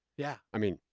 yeah. i mean,